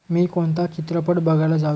मी कोणता चित्रपट बघायला जाऊ